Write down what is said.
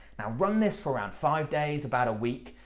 now, run this for around five days, about a week,